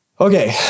Okay